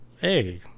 hey